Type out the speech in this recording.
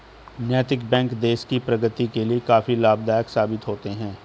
नैतिक बैंक देश की प्रगति के लिए काफी लाभदायक साबित होते हैं